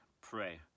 pray